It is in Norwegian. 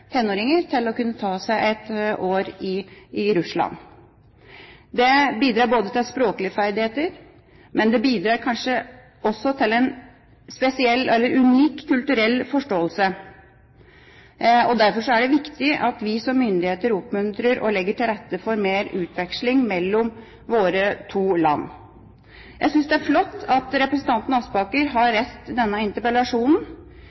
tenåringer til å kunne ta seg et år i Russland. Det bidrar både til språklige ferdigheter og kanskje også til en unik kulturell forståelse. Derfor er det viktig at vi som myndigheter oppmuntrer og legger til rette for mer utveksling mellom våre to land. Jeg synes det er flott at representanten Aspaker har